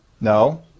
No